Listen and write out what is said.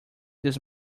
this